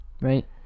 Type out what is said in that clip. Right